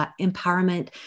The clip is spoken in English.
empowerment